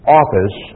office